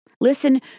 Listen